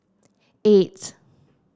eight